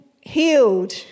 healed